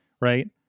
right